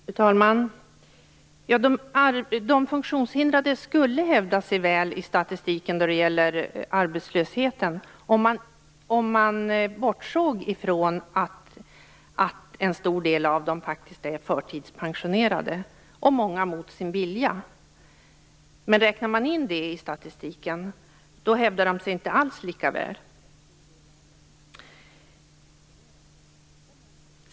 Fru talman! De funktionshindrade skulle hävda sig väl i statistiken när det gäller arbetslösheten om man bortsåg från att en stor del av dem är förtidspensionerade, många mot sin vilja. Räknar man med detta i statistiken hävdar de sig inte alls lika väl.